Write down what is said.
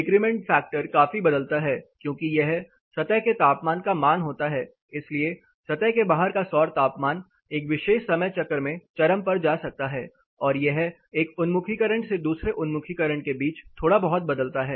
decrement factor काफी बदलता है क्योंकि यह सतह के तापमान का मान होता है इसलिए सतह के बाहर का सौर तापमान एक विशेष समय चक्र में चरम पर जा सकता है और यह एक उन्मुखीकरण से दूसरे उन्मुखीकरण के बीच थोड़ा बहुत बदलता है